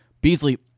Beasley